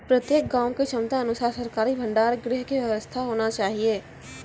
प्रत्येक गाँव के क्षमता अनुसार सरकारी भंडार गृह के व्यवस्था होना चाहिए?